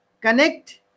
Connect